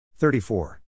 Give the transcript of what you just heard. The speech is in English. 34